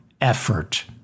effort